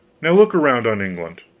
now look around on england.